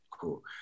cool